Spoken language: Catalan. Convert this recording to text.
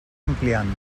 ampliant